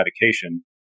medication